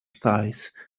thighs